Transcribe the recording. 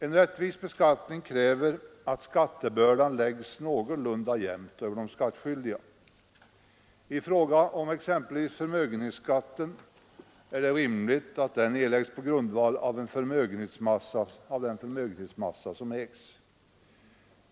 En rättvis beskattning kräver att skattebördan läggs någorlunda jämnt över de skattskyldiga. Det är exempelvis rimligt att förmögenhetsskatten erläggs på grundval av den förmögenhetsmassa som ägs.